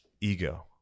ego